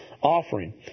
offering